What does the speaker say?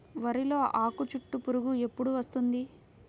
వరిలో ఆకుచుట్టు పురుగు ఎప్పుడు వస్తుంది?